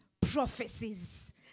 prophecies